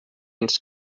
ens